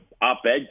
op-ed